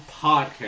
podcast